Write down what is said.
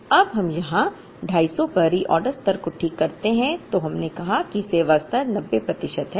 जब हम यहां 250 पर रीऑर्डर स्तर को ठीक करते हैं तो हमने कहा कि सेवा स्तर 90 प्रतिशत है